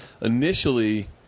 initially